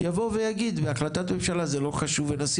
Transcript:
שיבוא ויגיד בהחלטת ממשלה זה לא חשוב ונשים